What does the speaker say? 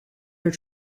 your